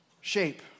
shape